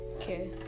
okay